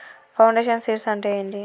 Foundation seeds అంటే ఏంటి?